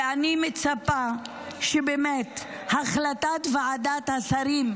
אני מצפה שבאמת החלטת ועדת השרים,